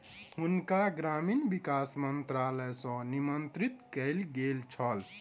हुनका ग्रामीण विकास मंत्रालय सॅ निमंत्रित कयल गेल छल